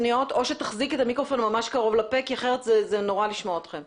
אם זה מקרה דחוף, זה יכול לקחת כמה שעות וכמה